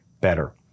better